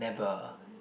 never